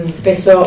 spesso